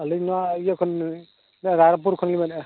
ᱟᱹᱞᱤᱧ ᱱᱚᱣᱟ ᱤᱭᱟᱹ ᱠᱷᱚᱱ ᱞᱤᱧ ᱨᱟᱭᱨᱚᱢᱯᱩᱨ ᱠᱷᱚᱱᱞᱤᱧ ᱢᱮᱱᱮᱜᱼᱟ